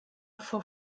for